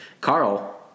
carl